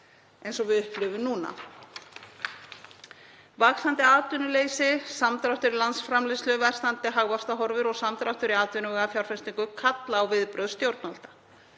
eins og við upplifum núna. Vaxandi atvinnuleysi, samdráttur í landsframleiðslu, versnandi hagvaxtarhorfur og samdráttur í atvinnuvegafjárfestingu kalla á viðbrögð stjórnvalda.